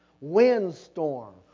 windstorm